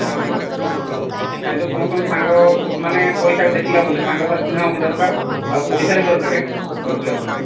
ହଁ ମ୍ୟାଡ଼ାମ୍ ସେତ୍ପାଇଁ ତ ସମସ୍ତଙ୍କୁ ସାଙ୍ଗ ମାନେ ପଇସାକୁ ଦେଖିଲେ ହେବନି ସାଙ୍ଗ ସ୍ନେହ ବି ଦରକାର ଆଉ ପଇସା ବି ଦରକାର ଏଠି ବଞ୍ଚିବାକୁ ହେଲେ